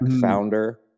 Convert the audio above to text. founder